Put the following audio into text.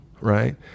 right